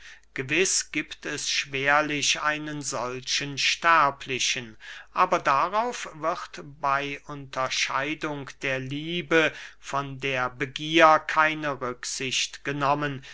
gewiß giebt es schwerlich einen solchen sterblichen aber darauf wird bey unterscheidung der liebe von der begier keine rücksicht genommen